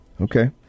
Okay